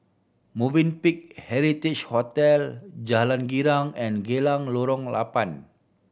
Movenpick Heritage Hotel Jalan Girang and Geylang Lorong Labang